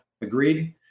Agreed